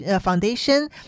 foundation